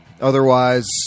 otherwise